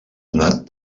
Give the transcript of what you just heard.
donat